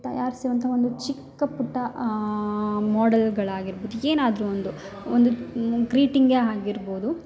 ತಯಾರಿಸೋ ಅಂತ ಒಂದು ಚಿಕ್ಕ ಪುಟ್ಟ ಮಾಡೆಲ್ಗಳು ಆಗಿರ್ಬೋದು ಏನಾದರು ಒಂದು ಒಂದು ಗ್ರೀಟಿಂಗೆ ಆಗಿರ್ಬೋದು